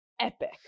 epic